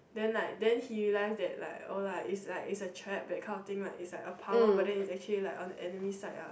then like then he realised that like no lah it's like it's a trap that kind of thing is like a power but then it's actually like on the enemy side ah